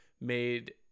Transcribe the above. made